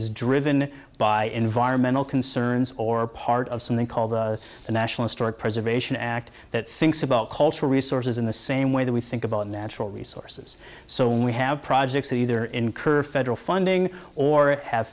is driven by environmental concerns or part of something called the national storage preservation act that thinks about cultural resources in the same way that we think about natural resources so when we have projects that either incur federal funding or have